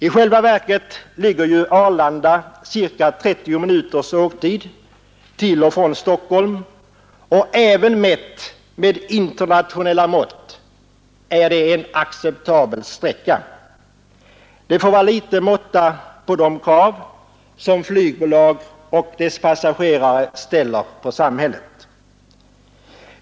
I själva verket ligger ju Arlanda ca 30 minuters åktid från Stockholm, och även mätt med internationella mått är det en acceptabel sträcka. Det får vara litet måtta på de krav som flygbolag och deras passagerare ställer på samhället.